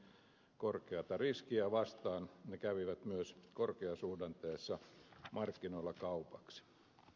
korkeata riskiä vastaan ne kävivät myös korkeasuhdanteessa markkinoilla kaupaksi